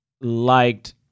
liked